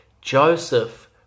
Joseph